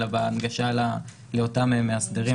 אלא בהנגשה לאותם מאסדרים.